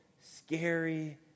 scary